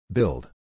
Build